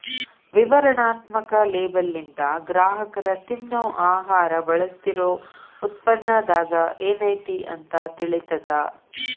ವಿವರಣಾತ್ಮಕ ಲೇಬಲ್ಲಿಂದ ಗ್ರಾಹಕರ ತಿನ್ನೊ ಆಹಾರ ಬಳಸ್ತಿರೋ ಉತ್ಪನ್ನದಾಗ ಏನೈತಿ ಅಂತ ತಿಳಿತದ